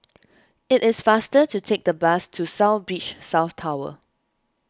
it is faster to take the bus to South Beach South Tower